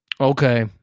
Okay